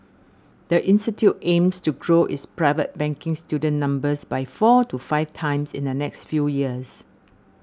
the institute aims to grow its private banking student numbers by four to five times in the next few years